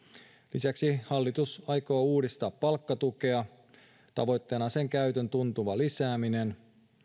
lisäksi hallitus aikoo uudistaa palkkatukea tavoitteena on sen käytön tuntuva lisääminen